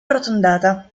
arrotondata